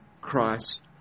Christ